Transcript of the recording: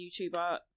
YouTuber